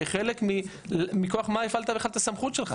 כחלק מכוח מה הפעלת בכלל את הסמכות שלך?